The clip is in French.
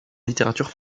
littérature